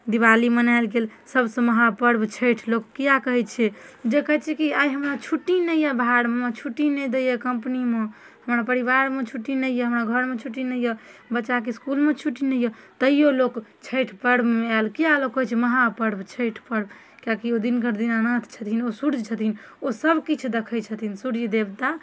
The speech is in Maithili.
दिवाली मनाएल गेल सबसँ महापर्ब छठि लोक किआ कहैत छै जे कहैत छै कि आइ हमरा छुट्टी नहि यऽ बाहरमे छुट्टी नहि दैया कम्पनीमे हमरा परिवारमे छुट्टी नहि यऽ हमरा घरमे छुट्टी नहि यऽ बच्चाके इसकुलमे छुट्टी नहि यऽ तैयो लोक छठि पर्बमे आएल किआ लोक कहैत छै महापर्ब छठि पर्ब किएकी ओ दिनकर दीनानाथ छथिन ओ सूर्य छथिन ओ सब किछु देखैत छथिन सूर्य देवता